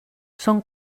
són